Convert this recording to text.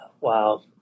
Wow